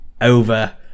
over